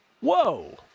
Whoa